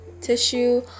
tissue